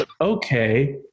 okay